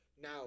Now